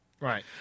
Right